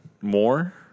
more